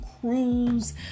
cruise